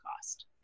cost